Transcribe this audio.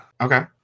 Okay